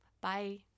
Bye